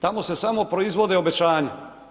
Tamo se samo proizvode obećanja.